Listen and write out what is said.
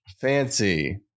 fancy